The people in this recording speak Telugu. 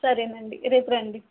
సరే అండి రేపు రండి